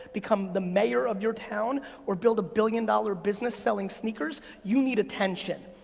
become the mayor of your town or build a billion dollar business selling sneakers, you need attention.